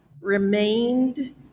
remained